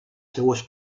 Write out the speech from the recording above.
seues